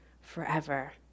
forever